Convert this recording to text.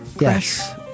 Yes